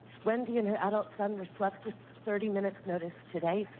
wendy and her adult son were swept with thirty minutes notice today,